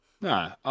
No